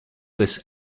this